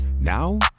Now